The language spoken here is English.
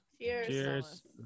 Cheers